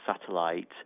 satellite